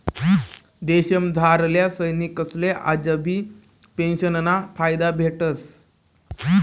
देशमझारल्या सैनिकसले आजबी पेंशनना फायदा भेटस